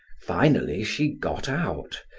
finally she got out,